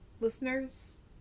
listeners